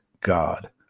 god